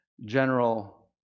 general